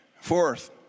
Fourth